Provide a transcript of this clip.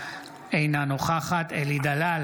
אינה נוכחת מאי גולן,